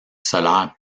solaire